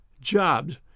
jobs